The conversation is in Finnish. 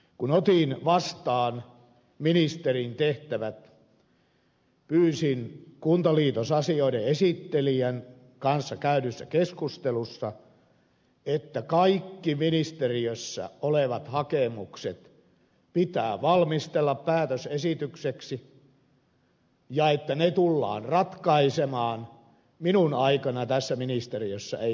kun otin vastaan ministerin tehtävät pyysin kuntaliitosasioiden esittelijän kanssa käydyssä keskustelussa että kaikki ministeriössä olevat hakemukset pitää valmistella päätösesitykseksi ja että ne tullaan ratkaisemaan minun aikanani tässä ministeriössä ei makuuteta papereita